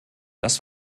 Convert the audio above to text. das